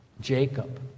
Jacob